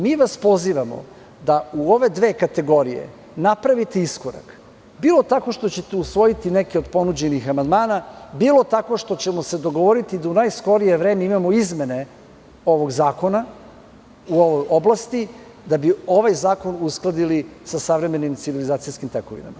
Mi vas pozivamo da u ove dve kategorije napravite iskorak, bilo tako što ćete usvojiti neke do ponuđenih amandmana, bilo tako što ćemo se dogovoriti da u najskorije vreme imamo izmene ovog zakona, u ovoj oblasti, da bi ovaj zakon uskladili sa savremenim civilizacijskim tekovinama.